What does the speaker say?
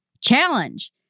Challenge